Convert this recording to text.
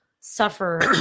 suffer